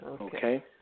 Okay